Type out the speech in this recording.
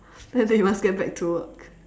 tell them you must get back to work